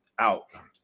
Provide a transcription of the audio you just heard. outcomes